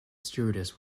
stewardess